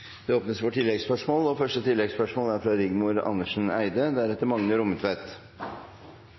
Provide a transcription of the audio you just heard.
Det åpnes for oppfølgingsspørsmål – først Rigmor Andersen Eide.